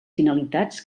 finalitats